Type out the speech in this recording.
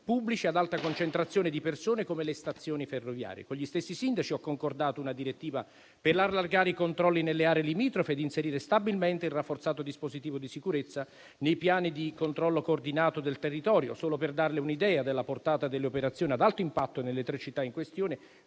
pubblici ad alta concentrazione di persone, come le stazioni ferroviarie. Con gli stessi sindaci ho concordato una direttiva per allargare i controlli nelle aree limitrofe ed inserire stabilmente il rafforzato dispositivo di sicurezza nei piani di controllo coordinato del territorio. Solo per darle un'idea della portata delle operazioni ad alto impatto nelle tre città in questione,